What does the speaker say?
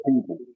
people